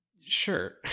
Sure